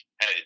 hey